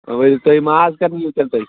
ؤلِو تُہۍ ماز کَر نِیِو تیٚلہِ تُہۍ